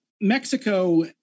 Mexico